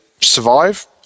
survive